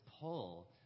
pull